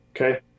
Okay